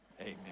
amen